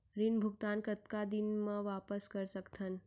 ऋण भुगतान कतका दिन म वापस कर सकथन?